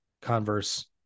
Converse